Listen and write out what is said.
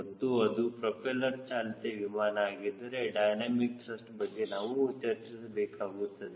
ಮತ್ತು ಅದು ಪ್ರೊಪೆಲ್ಲರ್ ಚಾಲಿತ ವಿಮಾನ ಆಗಿದ್ದರೆ ಡೈನಮಿಕ್ ತ್ರಸ್ಟ್ ಬಗ್ಗೆ ನಾವು ಚರ್ಚಿಸಬೇಕಾಗುತ್ತದೆ